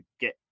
get